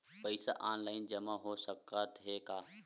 पईसा ऑनलाइन जमा हो साकत हे का?